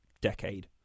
decade